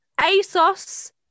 ASOS